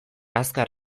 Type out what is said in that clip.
azkar